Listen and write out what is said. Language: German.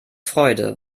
freude